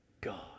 god